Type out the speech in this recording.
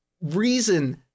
reason